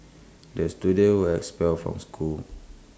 the students were expelled from school